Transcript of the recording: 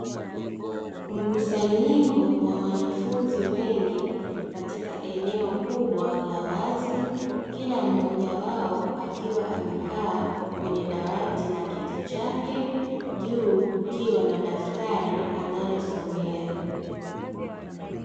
Mkusanyiko wa wanafunzi wengi katika eneo kubwa la wazi, kila mmoja wao akiwa amekaa kwenye dawati na kiti chake, juu kukiwa na daftari analosomea.